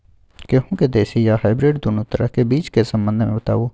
गेहूँ के देसी आ हाइब्रिड दुनू तरह के बीज के संबंध मे बताबू?